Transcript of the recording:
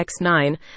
x9